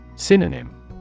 Synonym